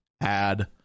add